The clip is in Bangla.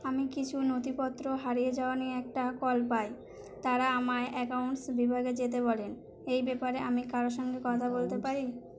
আমি কিছু নথিপত্র হারিয়ে যাওয়া নিয়ে একটা কল পাই তারা আমায় অ্যাকাউন্টস বিভাগে যেতে বলেন এই ব্যাপারে আমি কারোর সঙ্গে কথা বলতে পারি